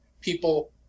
people